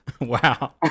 Wow